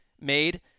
made